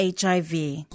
HIV